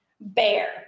bear